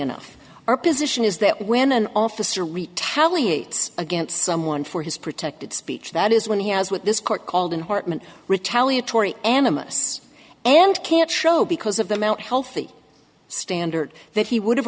enough our position is that when an officer retaliate against someone for his protected speech that is when he has what this court called in hartmann retaliatory animists and can't show because of the amount healthy standard that he would have